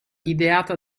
ideata